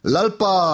Lalpa